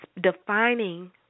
defining